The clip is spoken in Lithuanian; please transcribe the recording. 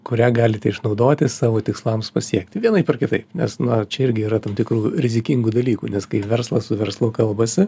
kurią galite išnaudoti savo tikslams pasiekti vienaip ar kitaip nes na čia irgi yra tam tikrų rizikingų dalykų nes kai verslas su verslu kalbasi